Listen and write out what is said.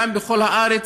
גם בכל הארץ,